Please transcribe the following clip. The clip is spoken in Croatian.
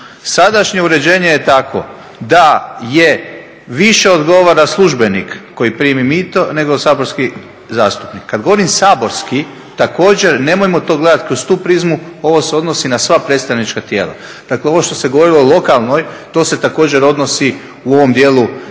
Sadašnje uređenje je takvo da je više odgovara službenik koji primi mito, nego saborski zastupnik. Kad govorim saborski, također nemojmo gledati kroz tu prizmu, ovo se odnosi na sva predstavnička tijela. Dakle, ono što se govorilo o lokalnoj to se također odnosi u ovom dijelu i na